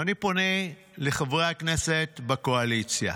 אני פונה לחברי הכנסת בקואליציה: